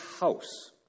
house